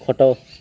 ଖଟ